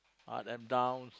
up and downs